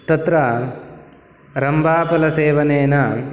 तत्र रम्भाफलसेवनेन